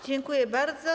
Dziękuję bardzo.